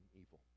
evil